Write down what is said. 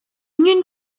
union